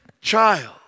child